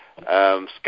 Scott